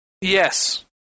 Yes